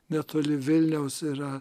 netoli vilniaus yra